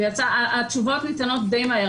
התשובות ניתנות די מהר.